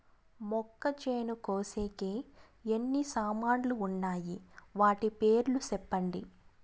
మొక్కచేను కోసేకి ఎన్ని సామాన్లు వున్నాయి? వాటి పేర్లు సెప్పండి?